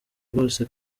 rwose